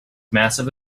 massive